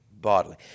bodily